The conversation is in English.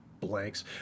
blanks